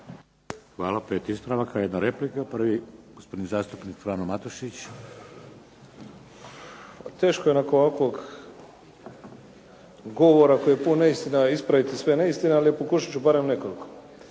Hvala. 5 ispravaka, 1 replika. Prvi, gospodin zastupnik Frano Matušić. **Matušić, Frano (HDZ)** Teško je nakon ovakvog govora koji je pun neistina ispraviti sve neistine, ali pokušati ću barem nekoliko.